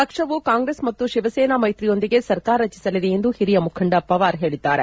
ಪಕ್ಷವು ಕಾಂಗ್ರೆಸ್ ಮತ್ತು ಶಿವಸೇನಾ ಮೈತ್ರಿಯೊಂದಿಗೆ ಸರ್ಕಾರ ರಚಿಸಲಿದೆ ಎಂದು ಹಿರಿಯ ಮುಖಂಡ ಪವಾರ್ ಹೇಳಿದ್ದಾರೆ